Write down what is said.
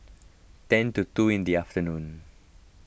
ten to two in the afternoon